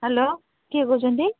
hello କିଏ କହୁଛନ୍ତି